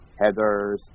heathers